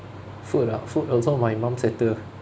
food ah food also my mum settle